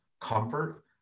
comfort